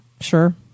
Sure